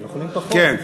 אני בא לשבת, סליחה.